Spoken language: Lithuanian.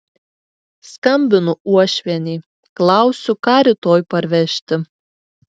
skambinu uošvienei klausiu ką rytoj parvežti